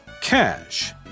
Cash